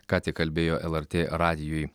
ką tik kalbėjo lrt radijui